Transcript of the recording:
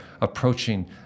approaching